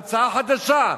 המצאה חדשה.